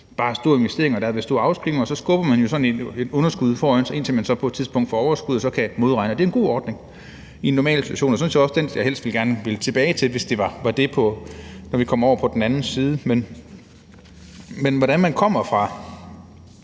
om store investeringer. Hvis man afskriver det, skubber man jo sådan et underskud foran sig, indtil man så på et tidspunkt får overskud og så kan modregne det. Det er en god ordning i en normal situation, og det er sådan set også den, jeg helst vil tilbage til, hvis det er muligt, når vi kommer over på den anden side. Men hvordan man kommer fra